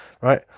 right